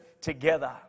together